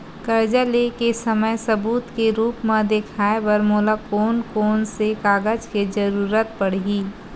कर्जा ले के समय सबूत के रूप मा देखाय बर मोला कोन कोन से कागज के जरुरत पड़ही?